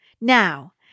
Now